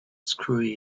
screw